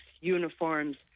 uniforms